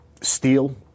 Steel